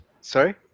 Sorry